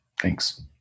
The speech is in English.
Thanks